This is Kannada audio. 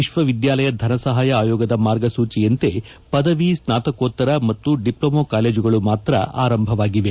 ವಿಶ್ವವಿದ್ಯಾಲಯ ಧನಸಹಾಯ ಆಯೋಗದ ಮಾರ್ಗಸೂಚಿಯಂತೆ ಪದವಿ ಸ್ನಾತಕೋತ್ತರ ಮತ್ತು ಡಿಪ್ಲಮೊ ಕಾಲೇಜುಗಳು ಮಾತ್ರ ಆರಂಭವಾಗಿವೆ